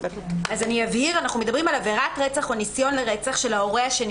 אנחנו מדברים על עבירת רצח או ניסיון רצח של ההורה השני